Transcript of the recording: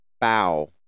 Bow